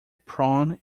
prawn